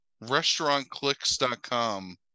Restaurantclicks.com